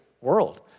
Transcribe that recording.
world